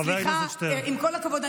עם כל הכבוד,